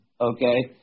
okay